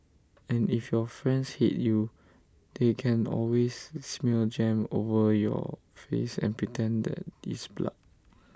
and if your friends hate you they can always smear jam over your face and pretend that it's blood